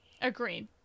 Agreed